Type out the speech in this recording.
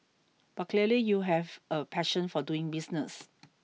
but clearly you have a passion for doing business